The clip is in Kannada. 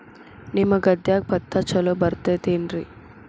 ನಿಮ್ಮ ಗದ್ಯಾಗ ಭತ್ತ ಛಲೋ ಬರ್ತೇತೇನ್ರಿ?